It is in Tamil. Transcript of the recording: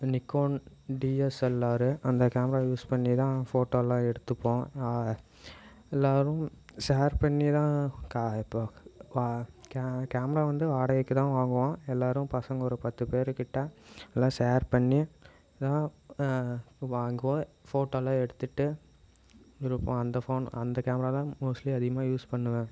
நிக்கோன் டிஎஸ்எல்ஆர் அந்த கேமரா யூஸ் பண்ணி தான் ஃபோட்டோல்லாம் எடுத்துப்போம் எல்லாரும் ஷேர் பண்ணி தான் கேமரா வந்து வாடகைக்கு தான் வாங்குவோம் எல்லாரும் பசங்கள் ஒரு பத்து பேர் கிட்ட எல்லாம் ஷேர் பண்ணி எல்லாம் வாங்குவோம் ஃபோட்டோலாம் எடுத்துகிட்டு ஒரு அந்த ஃபோன் அந்த கேமரா தான் மோஸ்ட்லி அதிகமாக யூஸ் பண்ணுவேன்